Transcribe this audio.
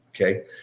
Okay